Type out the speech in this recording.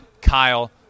Kyle